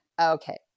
okay